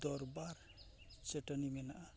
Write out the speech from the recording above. ᱫᱚᱨᱵᱟᱨ ᱪᱟᱹᱴᱟᱹᱱᱤ ᱢᱮᱱᱟᱜᱼᱟ